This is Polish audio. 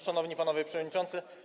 Szanowni Panowie Przewodniczący!